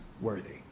worthy